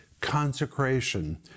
consecration